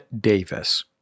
Davis